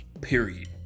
Period